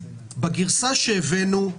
בגרסה שהבאנו,